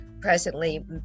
presently